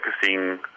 focusing